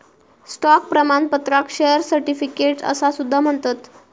stock प्रमाणपत्राक share certificate असा सुद्धा म्हणतत